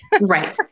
Right